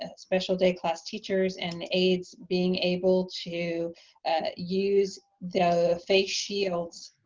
ah special day class teachers and aids being able to use the face shields